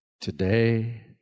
today